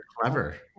clever